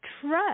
trust